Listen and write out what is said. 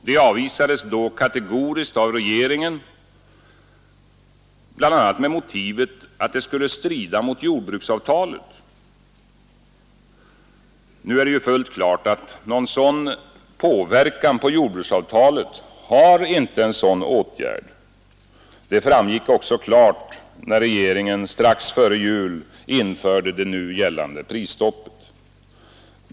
Det avvisades då kategoriskt av regeringen, bl.a. med motivet att det skulle strida mot jordbruksavtalet. Men nu är det ju fullt klart att en sådan påverkan på jordbruksavtalet har inte den åtgärden; det framgick också klart när regeringen strax före jul införde det ännu gällande prisstoppet.